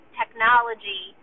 technology